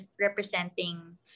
representing